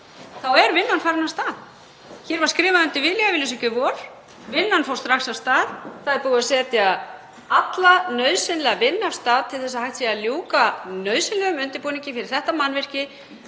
þá er vinnan farin af stað. Hér var skrifað undir viljayfirlýsingu í vor, vinnan fór strax af stað, það er búið að setja alla vinnu af stað til þess að hægt sé að ljúka nauðsynlegum undirbúningi fyrir þetta mannvirki,